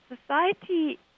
society